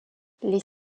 les